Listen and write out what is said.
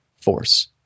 force